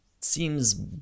seems